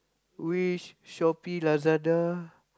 Wish Shoppee Lazada